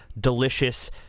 delicious